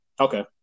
Okay